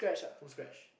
from scratch